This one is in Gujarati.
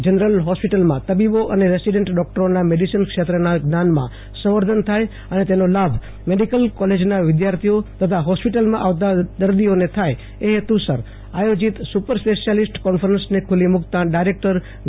જનરલ હોસ્પિટલમાં તબીબો અને રેસીડેન્ટ ડોકટરો નાં મેડીસીન ક્ષેત્રનાં જ્ઞાનમાં સંવર્ધન થાય અને તેનો લાભ મેડિકલ કોલેજ નાંવિધાર્થીઓ અને હોસ્પિટલમાં આવતા દર્દીઓને થાય એ હેતુસર આયોજિત સુપર સ્પેશિયાલીસ્ટ કોન્ફરન્સને ખુલ્લી મુક તા ડાયરેક્ટર વિ